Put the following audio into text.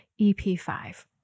ep5